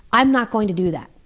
i'm not going to do that.